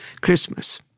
Christmas